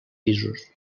pisos